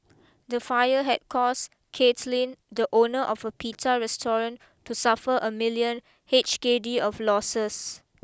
the fire had caused Kaitlynn the owner of a Pita restaurant to suffer a million H K D of losses